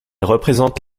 représente